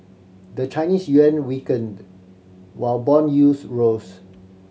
the Chinese yuan weakened while bond yields rose